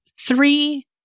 three